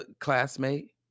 classmate